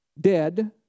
dead